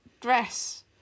dress